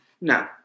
No